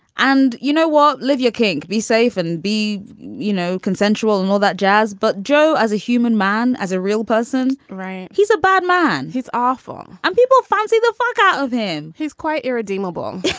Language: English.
and you know what, livia king. be safe and be, you know, consensual and all that jazz. but joe, as a human man, as a real person right. he's a bad man. he's awful. and people finally the fuck out of him. he's quite irredeemable